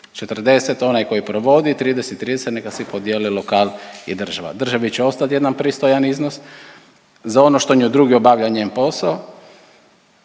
40 onaj koji provodi, 30, 30 neka si podijele lokal i država. Državi će ostat jedan pristojan iznos za ono što njoj drugi obavlja njen posao,